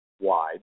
wide